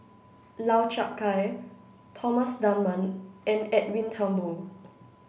Lau Chiap Khai Thomas Dunman and Edwin Thumboo